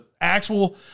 actual